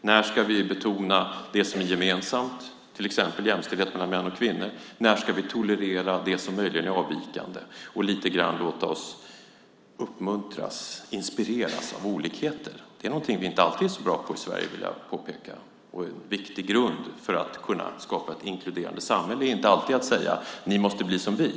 När ska vi betona det som är gemensamt, till exempel jämställdhet mellan män och kvinnor? När ska vi tolerera det som möjligen är avvikande och lite grann låta oss uppmuntras och inspireras av olikheter? Det är någonting som vi inte alltid är så bra på i Sverige, vill jag påpeka. En viktig grund för att man ska kunna skapa ett inkluderande samhälle är inte alltid att säga: Ni måste bli som vi.